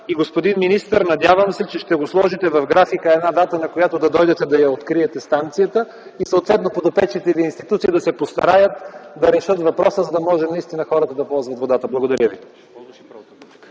Господин министър, надявам се, че ще сложите в графика си една дата, на която да дойдете и да откриете станцията, но съответните Ви подопечени институции да се постараят да решат въпроса, за да може наистина хората да ползват водата. Благодаря ви.